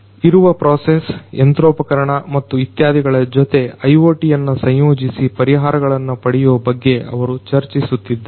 ಇರುವ ಪ್ರೊಸೆಸ್ ಯಂತ್ರೋಪಕರಣ ಮತ್ತು ಇತ್ಯಾದಿಗಳ ಜೊತೆ IoTಯನ್ನ ಸಂಯೋಜಿಸಿ ಪರಿಹಾರಗಳನ್ನ ಪಡೆಯುವ ಬಗ್ಗೆ ಅವರು ಚರ್ಚಿಸುತ್ತಿದ್ದಾರೆ